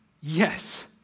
yes